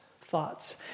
thoughts